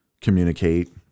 communicate